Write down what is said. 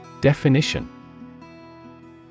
Definition